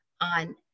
on